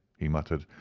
he muttered,